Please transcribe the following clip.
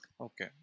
okay